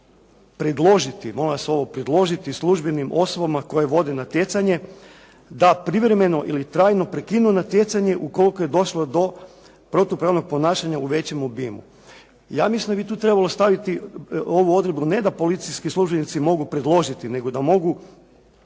predložiti, molim vas ovo predložiti službenim osobama koje vode natjecanje da privremeno ili trajno prekinu natjecanje ukoliko je došlo do protupravnog ponašanja u većem obimu. Ja mislim da bi tu trebalo staviti ovu odredbu ne da policijski službenici mogu predložiti, nego da mogu